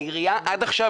העירייה עד עכשיו,